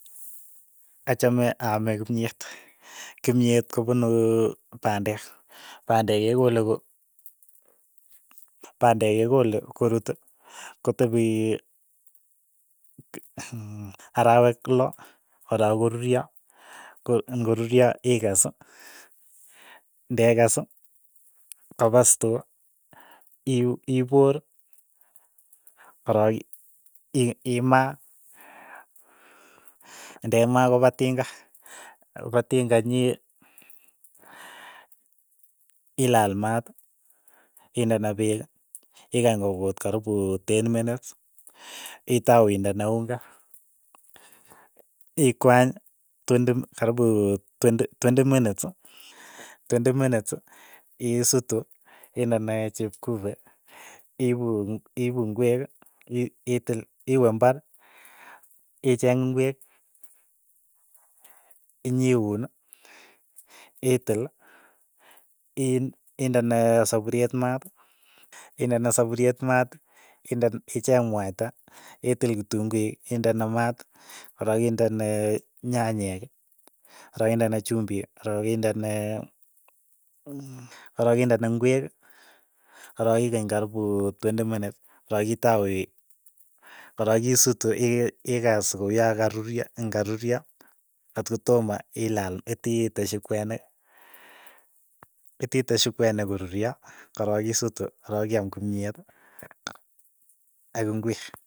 Achame aame kimyet, kimyet ko punu pandek, pandek kekole ko, pandek kekole korut, kotepi arawek lo, korok koruryo, ko ng'o ruryo ikes, nde kes kopa stoo, ip- ipoor, korok ii- iima, ndemaa kopa tinga, kopa tinga nyi ilal maat, indene peek, ikany kokuut karipu ten minits, itau indene unga, ikwany twendi min karibu twendi twendi minits, twendi minits, iisuti, indene chepkube, iipu iipu ng'week, ii- iitil. iwe imbar, icheeng ing'wek, inyiuun, itil, ii- indenee sapuriet maat, indene sapurieet maat, ind icheeng mwaita, itil kitunguik, indene maat, korook indene nyanyek korok indene chumbik. korok indene korook indene ing'wek, korok ikany karipu twendi minits, korok itau ii korok isutu, ii- iikas ko uu yo karuryo ng'aruryo. kot ko toma ilal ititeshi kwenik ititeshi kwenik koruryo, korook isutu, korook iaam kimyet ak ing'wek.